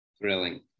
Thrilling